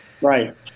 Right